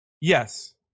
Yes